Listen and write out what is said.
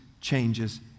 changes